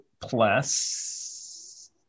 plus